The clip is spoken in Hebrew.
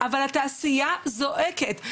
אבל התעשייה זועקת.